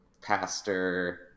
pastor